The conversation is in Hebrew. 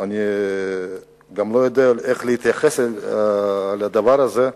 אני גם לא יודע איך להתייחס לדבר הזה,